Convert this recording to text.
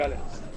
בתוספת הרביעית